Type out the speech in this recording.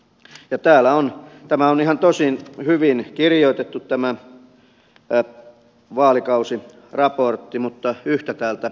tämä vaalikausiraportti on tosi hyvin kirjoitettu mutta yhtä täältä uupuu